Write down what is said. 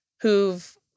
who've